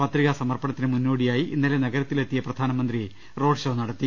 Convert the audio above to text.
പത്രികാ സമർപ്പണത്തിന് മുന്നോടിയായി ഇന്നലെ നഗരത്തിലെത്തിയ പ്രധാനമന്ത്രി റോഡ് ഷോ നടത്തി